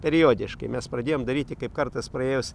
periodiškai mes pradėjom daryti kaip kartas praėjus